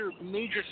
major